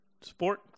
sport